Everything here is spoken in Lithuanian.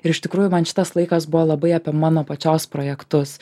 ir iš tikrųjų man šitas laikas buvo labai apie mano pačios projektus